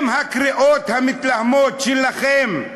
עם הקריאות המתלהמות שלכם,